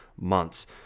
months